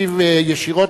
ישיב ישירות,